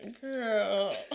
Girl